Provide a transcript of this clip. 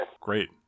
Great